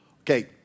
Okay